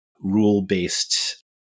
rule-based